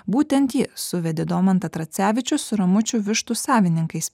būtent ji suvedė domantą tracevičių su ramučių vištų savininkais